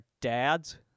dads